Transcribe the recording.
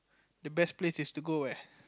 the best place is to go where